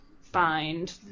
find